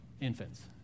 infants